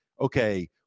okay